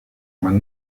mann